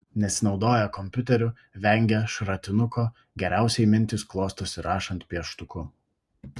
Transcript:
nesinaudoja kompiuteriu vengia šratinuko geriausiai mintys klostosi rašant pieštuku